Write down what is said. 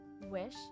Wish